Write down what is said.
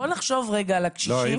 בוא נחשוב רגע על הקשישים.